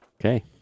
Okay